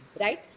right